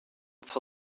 for